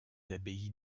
abbayes